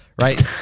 right